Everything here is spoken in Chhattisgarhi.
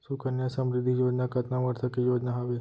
सुकन्या समृद्धि योजना कतना वर्ष के योजना हावे?